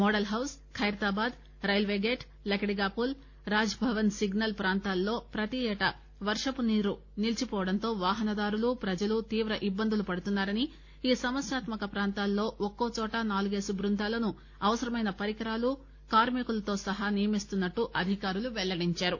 model house Khairatabad railway gate Lakdikapul Raj Bhavan signal ప్రాంతాల్లో యేటా వర్షపునీరు నిలీచిపోవడంతో వాహనదారులు ప్రజలు తీవ్ర ఇబ్బందులు పడుతున్నారని ఈ సమస్యాత్మక ప్రాంతాల్లో ఒక్కోచోట నాలుగేసి బృందాలను అవసరమైన పరికరాలు కార్మికులు సహా నియమిస్తున్నట్టు అధికారులు వెల్లడించారు